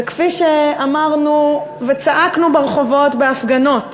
וכפי שאמרנו וצעקנו ברחובות בהפגנות,